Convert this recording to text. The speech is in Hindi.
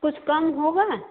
कुछ कम होगा